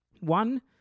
One